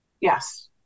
Yes